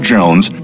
Jones